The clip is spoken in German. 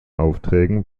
aufträgen